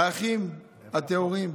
האחים הטהורים,